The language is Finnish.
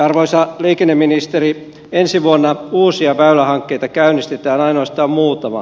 arvoisa liikenneministeri ensi vuonna uusia väylähankkeita käynnistetään ainoastaan muutama